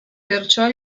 perciò